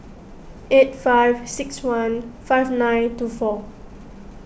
eight five six one five nine two four